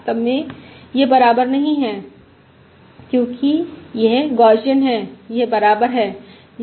वास्तव में यह बराबर नहीं है क्योंकि यह गौसियन है यह बराबर है